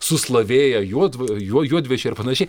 suslavėję juodva juo juodvešiai ar panašiai